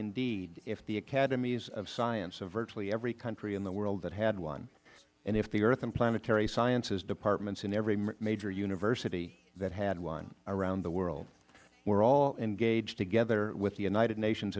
indeed if the academies of science of virtually every country in the world that had one and if the earth and planetary sciences departments in every major university that had one around the world were all engaged together with the united nations